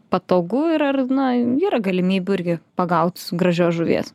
patogu ir ar na yra galimybių irgi pagaut gražios žuvies